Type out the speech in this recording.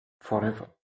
forever